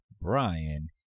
Brian